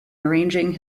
arranging